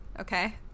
Okay